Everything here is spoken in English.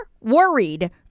worried